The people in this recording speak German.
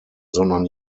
sondern